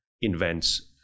invents